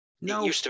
No